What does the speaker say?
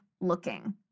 looking